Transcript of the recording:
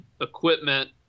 equipment